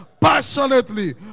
passionately